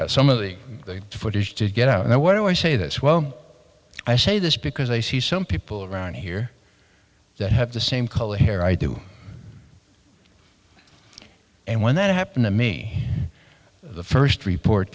some of the footage to get out there what do i say this well i say this because i see some people around here that have the same color hair i do and when that happened to me the first report